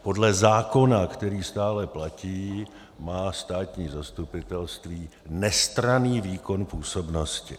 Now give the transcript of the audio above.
Podle zákona, který stále platí, má státní zastupitelství nestranný výkon působnosti.